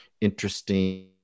interesting